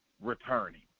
returning